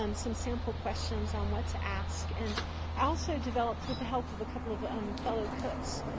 um some sample questions on what to ask, and i also developed, with the help of a couple of um fellow cooks,